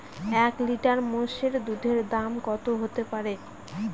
এক লিটার মোষের দুধের দাম কত হতেপারে?